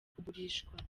kugurishwa